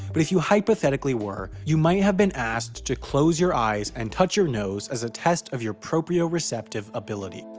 but if you hypothetically were, you might have been asked to close your eyes and touch your nose as a test of your proprioceptive ability.